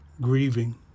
grieving